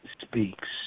speaks